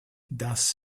das